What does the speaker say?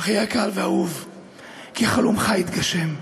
כי חלומך התגשם,